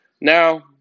Now